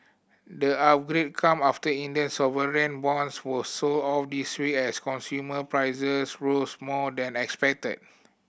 the upgrade come after Indian sovereign bonds were sold off this week as consumer prices rose more than expected